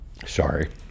Sorry